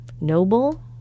Noble